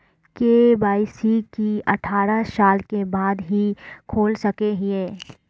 KYC की अठारह साल के बाद ही खोल सके हिये?